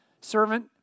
servant